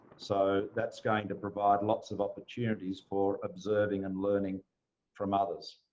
so that's going to provide lots of opportunities for observing and learning from others.